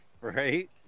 Right